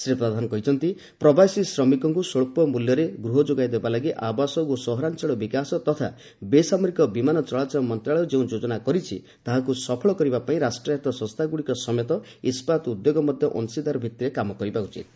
ଶ୍ରୀ ପ୍ରଧାନ କହିଛନ୍ତି ପ୍ରବାସୀ ଶ୍ରମିକଙ୍କୁ ସ୍ୱଳ୍ପ ମୂଲ୍ୟରେ ଗୃହ ଯୋଗାଇ ଦେବା ଲାଗି ଆବାସ ଓ ସହରାଞ୍ଚଳ ବିକାଶ ତଥା ବେସାମରିକ ବିମାନ ଚଳାଚଳ ମନ୍ତ୍ରଣାଳୟ ଯେଉଁ ଯୋଜନା କରିଛି ତାହାକୁ ସଫଳ କରିବା ପାଇଁ ରାଷ୍ଟ୍ରାୟତ ସଂସ୍ଥାଗୁଡ଼ିକ ସମେତ ଇସ୍କାତ ଉଦ୍ୟୋଗ ମଧ୍ୟ ଅଂଶିଦାର ଭିଭିରେ କାମ କରିବା ଉଚିତ୍